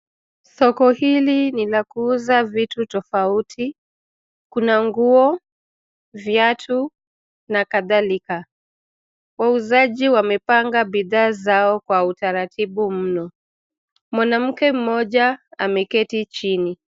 Soko hili ni la kuuza vitu tofauti. Kuna nguo, viatu, na kadhalika. Wauzaji wamepanga bidhaa zao kwa utaratibu mno. Mwanamke mmoja ameketi chini.